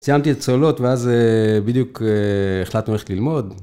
סיימתי את הצולות ואז בדיוק החלטנו ללמוד.